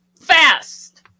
fast